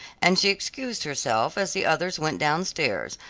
and she excused herself as the others went downstairs,